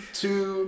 two